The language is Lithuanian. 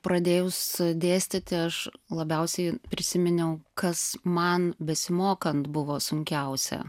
pradėjus dėstyti aš labiausiai prisiminiau kas man besimokant buvo sunkiausia